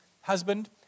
husband